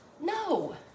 No